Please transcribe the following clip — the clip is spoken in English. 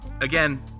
Again